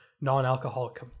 non-alcoholic